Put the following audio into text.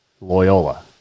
Loyola